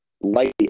light